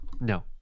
No